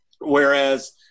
Whereas